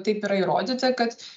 taip yra įrodyta kad